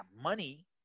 money